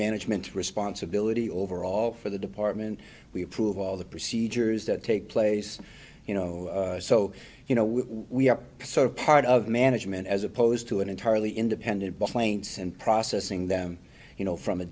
management responsibility over all for the department we approve all the procedures that take place you know so you know we we are sort of part of management as opposed to an entirely independent bus lanes and processing them you know from a